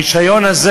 הרישיון הזה,